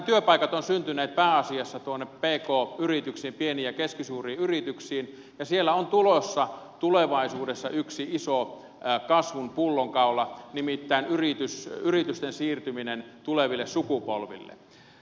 työpaikat ovat syntyneet pääasiassa pk yrityksiin pieniin ja keskisuuriin yrityksiin ja siellä on tulossa tulevaisuudessa yksi iso kasvun pullonkaula nimittäin yritysten siirtyminen tuleville sukupolville